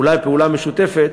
אולי פעולה משותפת.